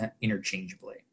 interchangeably